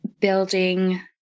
building